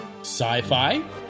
sci-fi